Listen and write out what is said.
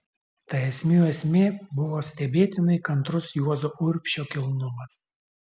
ta esmių esmė buvo stebėtinai kantrus juozo urbšio kilnumas